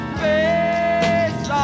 face